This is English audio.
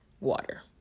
water